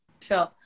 sure